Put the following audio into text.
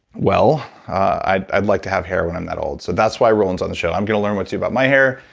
well, i'd i'd like to have hair when i'm that old. so that's why roland's on the show. i'm going to learn what to do about my hair,